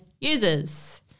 Users